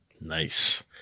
Nice